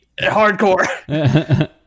Hardcore